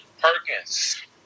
Perkins